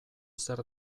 zer